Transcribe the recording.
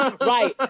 right